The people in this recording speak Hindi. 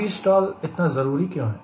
Vstall इतना जरूरी क्यों है